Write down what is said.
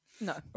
No